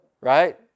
right